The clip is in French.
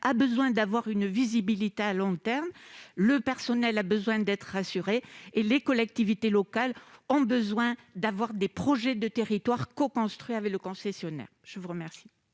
a besoin de disposer d'une visibilité à long terme, le personnel a besoin d'être rassuré et les collectivités locales ont besoin de projets de territoire coconstruits avec le concessionnaire. La parole